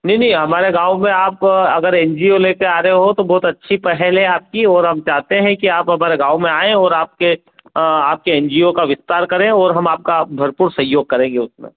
नहीं नहीं हमारे गाँव में आप अगर एनजीओ ले कर आ रहे हो तो बहुत अच्छी पहल है आपकी और हम चाहते हैं कि आप हमारे गाँव में आएँ और आपके आपके एनजीओ का विस्तार करें और हम आपका भरपूर सहयोग करेंगे उसमें